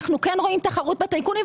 אנחנו כן רואים תחרות בטייקונים,